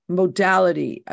modality